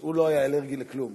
הוא לא היה אלרגי לכלום.